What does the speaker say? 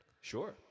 Sure